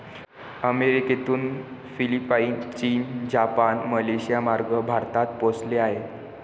अमेरिकेतून फिलिपाईन, चीन, जपान, मलेशियामार्गे भारतात पोहोचले आहे